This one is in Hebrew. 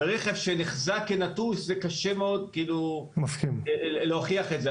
ורכב שנחזה כנטוש קשה מאוד להוכיח את זה.